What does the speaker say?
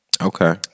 Okay